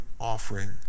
offering